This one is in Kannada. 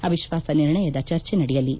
ಅವಿಶ್ವಾಸ ನಿರ್ಣಯದ ಚರ್ಚೆ ನಡೆಯಲಿ